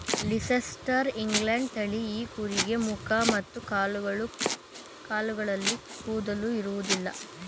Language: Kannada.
ಲೀಸೆಸ್ಟರ್ ಇಂಗ್ಲೆಂಡ್ ತಳಿ ಈ ಕುರಿಯ ಮುಖ ಮತ್ತು ಕಾಲುಗಳಲ್ಲಿ ಕೂದಲು ಇರೋದಿಲ್ಲ